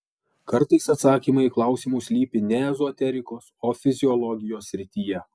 kartais atsakymai į klausimus slypi ne ezoterikos o fiziologijos srityje